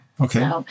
Okay